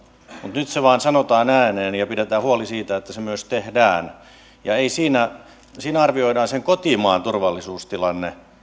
nyt se vain sanotaan ääneen ja pidetään huoli siitä että se myös tehdään siinä siinä arvioidaan sen kotimaan turvallisuustilanne ja